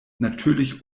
natürlich